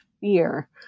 fear